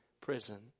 prison